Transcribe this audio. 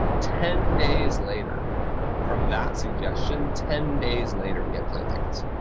ten days later from that suggestion, ten days later we have plane tickets.